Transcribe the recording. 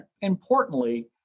importantly